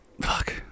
fuck